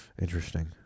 Interesting